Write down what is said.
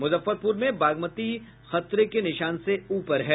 मुजफ्फरपुर में बागमती खतरे के निशान से ऊपर है